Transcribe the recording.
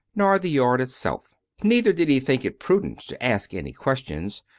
nor the yard itself. neither did he think it prudent to ask any questions,